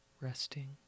resting